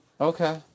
Okay